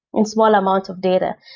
in small amount of data.